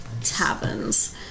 taverns